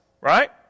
Right